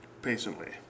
patiently